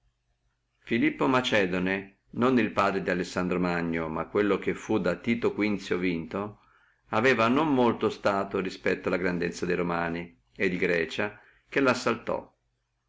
filippo macedone non il padre di alessandro ma quello che fu vinto da tito quinto aveva non molto stato respetto alla grandezza de romani e di grecia che lo